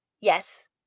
Yes